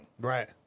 Right